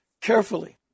carefully